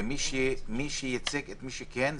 מי שייצג את מי שכיהן,